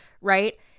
right